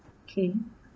okay